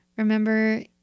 Remember